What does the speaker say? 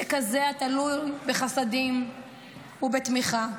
לכזה התלוי בחסדים ובתמיכה.